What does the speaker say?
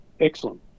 Excellent